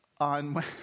On